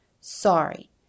Sorry